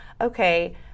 okay